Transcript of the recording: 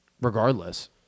regardless